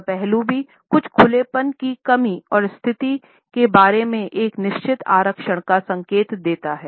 यह पहलू भी कुछ खुलेपन की कमी और स्थिति के बारे में एक निश्चित आरक्षण का संकेत देता है